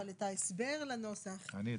אבל את ההסבר לנוסח --- אני,